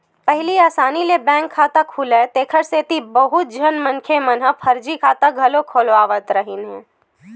पहिली असानी ले बैंक खाता खुलय तेखर सेती बहुत झन मनखे मन ह फरजी खाता घलो खोलवावत रिहिन हे